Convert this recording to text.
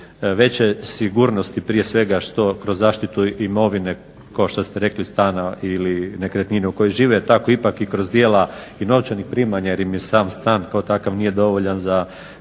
veće sigurnosti, prije svega što, kroz zaštitu imovine kao što ste rekli stana ili nekretnine u kojoj žive, i tako ipak i kroz djela i novčanih primanja jer im je sam stan kao takav nije dovoljan za